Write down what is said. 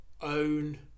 own